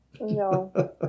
No